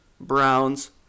Browns